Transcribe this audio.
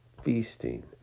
feasting